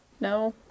No